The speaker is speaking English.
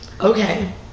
Okay